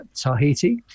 tahiti